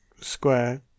square